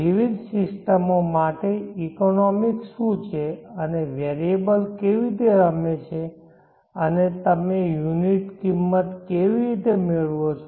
વિવિધ સિસ્ટમો માટે ઇકોનોમિક્સ શું છે અને વેરીએબલ કેવી રીતે રમે છે અને તમે યુનિટ કિંમત કેવી રીતે મેળવો છે